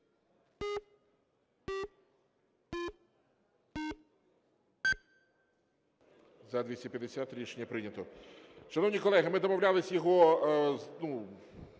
За-250 Рішення прийнято. Шановні колеги, ми домовлялись його